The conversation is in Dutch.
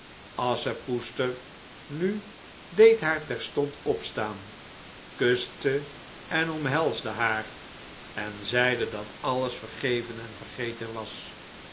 asschepoester nu deed haar terstond opstaan kuste en omhelsde haar en zeide dat alles vergeven en vergeten was